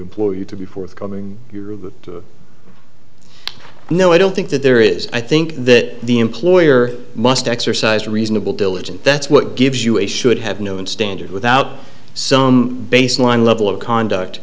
employed to be forthcoming you're of no i don't think that there is i think that the employer must exercise reasonable diligent that's what gives you a should have known standard without some baseline level of conduct